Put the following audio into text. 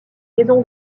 liaison